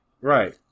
Right